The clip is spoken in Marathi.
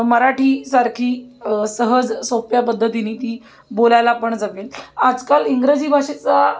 मराठीसारखी सहज सोप्या पद्धतीने ती बोलायला पण जमेल आजकाल इंग्रजी भाषेचा